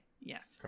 Yes